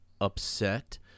upset